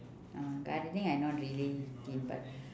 uh gardening I not really keen but